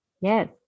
Yes